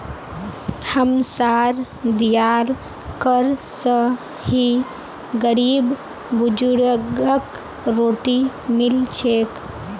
हमसार दियाल कर स ही गरीब बुजुर्गक रोटी मिल छेक